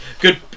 good